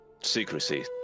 secrecy